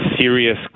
serious